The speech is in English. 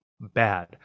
bad